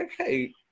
okay